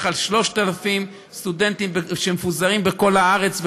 על 3,000 סטודנטים שמפוזרים בכל הארץ,